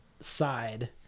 side